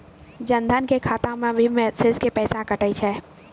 जन धन के खाता मैं मैसेज के भी पैसा कतो छ?